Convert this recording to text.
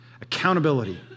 Accountability